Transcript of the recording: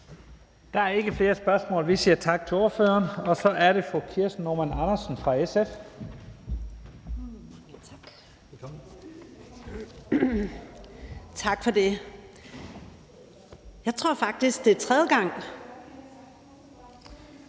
Der er ikke flere spørgsmål. Vi siger tak til ordføreren, og så er det fru Kirsten Normann Andersen fra SF. Velkommen. Kl. 11:59 (Ordfører) Kirsten